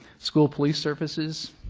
school police services,